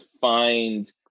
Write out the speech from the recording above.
find